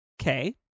Okay